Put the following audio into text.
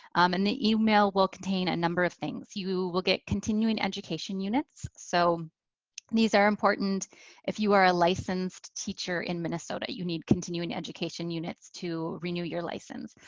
and the email will contain a number of things. you will get continuing education units. so these are important if you are a licensed teacher in minnesota. you need continuing education units to renew your license.